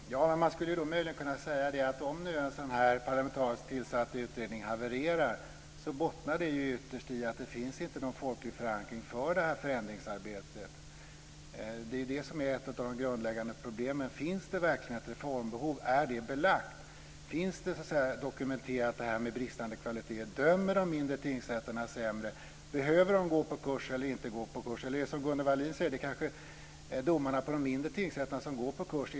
Fru talman! Man skulle möjligen kunna säga att om en parlamentariskt tillsatt utredning havererar så bottnar ju det ytterst i att det inte finns någon folklig förankring för detta förändringsarbete. Det är ju det som är ett av de grundläggande problemen. Finns det verkligen ett reformbehov? Är det belagt? Finns den bristande kvaliteten dokumenterad? Dömer de mindre tingsrätterna sämre? Behöver de gå på kurs eller inte? Eller är det som Gunnel Wallin sade, att det kanske är domarna i de mindre tingsrätterna som går på kurs.